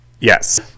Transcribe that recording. Yes